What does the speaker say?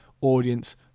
audience